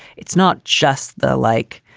it's not just the like.